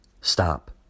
stop